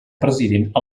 president